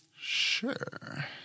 Sure